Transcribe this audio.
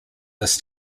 this